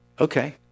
Okay